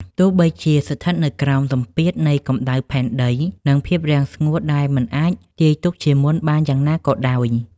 ទោះបីជាស្ថិតនៅក្រោមសម្ពាធនៃកម្ដៅផែនដី និងភាពរាំងស្ងួតដែលមិនអាចទាយទុកជាមុនបានយ៉ាងណាក៏ដោយ។